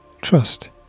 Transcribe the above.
trust